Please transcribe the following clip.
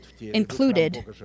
included